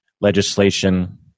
legislation